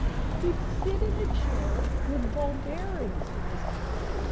he'd sit in a chair with ball bearings in his hand.